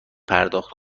پرداخت